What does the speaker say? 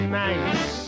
nice